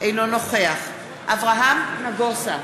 אינו נוכח אברהם נגוסה,